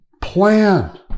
plan